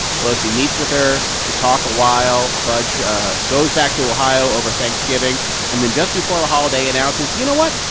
pelosi meets with her. they talk awhile. fudge goes back to ohio over thanksgiving and then, just before the holiday, announces, you know what?